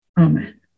Amen